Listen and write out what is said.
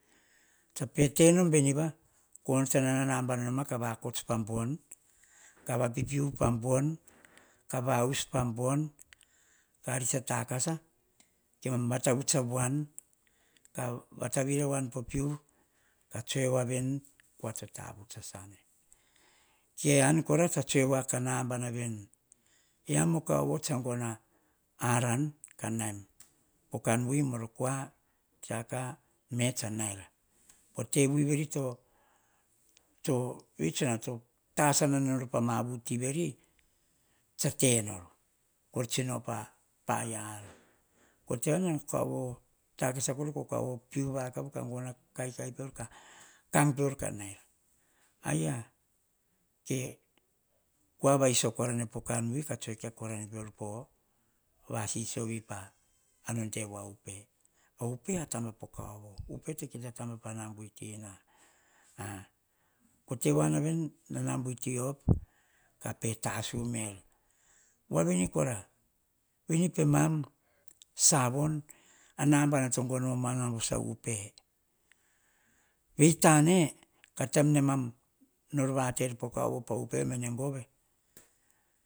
Tsa pete nom veniva, koh onotona nambana noma kah vakots pambon, kah vapipinu pambon, kah va hus pambon, kah risa takasa kema vatavuts avoan, kah vataviri avon poh piviu a tsoe voaveni, eh kua toh tavuts a sane. Kean kora tsa tsoe voaka nabana voa veni. Eh am oh kaovo tsa gono aran kah naim. Ko kaan vui morokoa tsaka me tsa nair. Koh tsino op apaia ar, takasa kora, koh kaovo gono kora kaikai, kang kora kah rail. Aya, ke kua vai iso kora no poh vasisio wii pa, a non te va upe. A upe taba poh kavovo, kita taba pah naba vuitina. Koh tavoa naveni naba vui ti op kaah pe tasu ne er. Woaveni kora, veni pemam, savon a nava gano momoana voso a upe. Veitane, pah nor vate er poh kaovo mene kiove pah upe mene vove